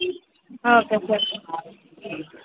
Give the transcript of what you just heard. okay sir